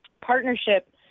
partnership